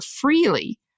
freely